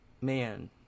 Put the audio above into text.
man